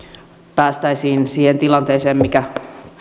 päästäisiin siihen tilanteeseen mikä